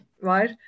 right